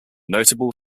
notable